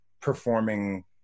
performing